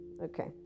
Okay